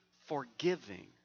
forgiving